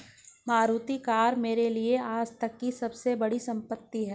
Maruti car मेरे लिए आजतक की सबसे बड़ी संपत्ति है